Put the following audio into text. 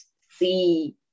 see